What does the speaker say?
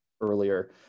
earlier